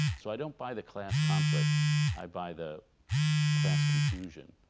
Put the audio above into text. so i don't buy the class conflict i buy the class confusion.